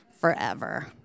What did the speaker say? forever